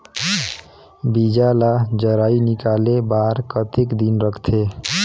बीजा ला जराई निकाले बार कतेक दिन रखथे?